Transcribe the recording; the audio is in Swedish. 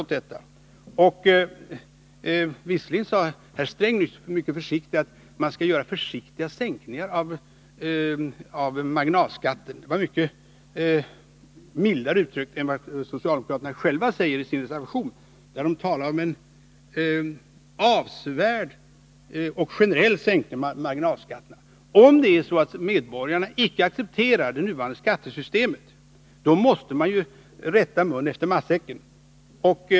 Nu sade Gunnar Sträng att vi borde göra försiktiga sänkningar av marginalskatten. Han uttryckte sig mycket mildare än vad socialdemokraterna göri sin reservation, där det talas om en avsevärd och generell sänkning av marginalskatten. Om nu medborgarna inte accepterar det nuvarande skattesystemet, så måste de rätta mun efter matsäcken.